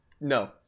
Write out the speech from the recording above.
No